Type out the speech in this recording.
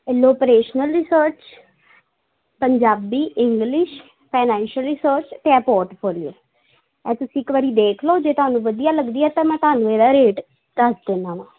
ਇਹ ਲਓ operational research Punjabi English financial research ਅਤੇ ਇਹ ਪੋਰਟ ਫੋਲੀਓ ਇਹ ਤੁਸੀਂ ਇਕ ਵਾਰੀ ਦੇਖ ਲਓ ਜੇ ਤੁਹਾਨੂੰ ਵਧੀਆ ਲੱਗਦੀ ਹੈ ਤਾਂ ਮੈਂ ਤੁਹਾਨੂੰ ਇਹਦਾ ਰੇਟ ਦੱਸ ਦਿੰਨਾ ਹਾਂ